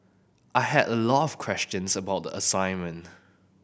I had a lot of questions about the assignment